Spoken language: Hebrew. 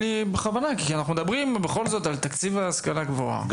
בכוונה כי אנחנו מדברים בכל זאת על תקציב ההשכלה הגבוהה.